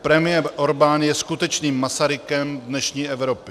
Premiér Orbán je skutečným Masarykem dnešní Evropy.